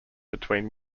between